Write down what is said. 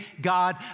God